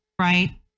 right